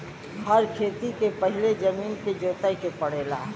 हर खेती के पहिले जमीन के जोते के पड़ला